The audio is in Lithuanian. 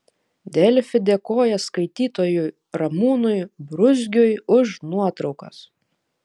delfi dėkoja skaitytojui ramūnui bruzgiui už nuotraukas